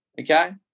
Okay